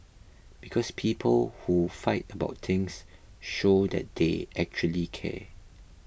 because people who fight about things show that they actually care